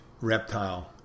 reptile